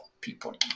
people